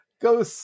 go